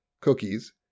cookies